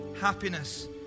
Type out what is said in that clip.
happiness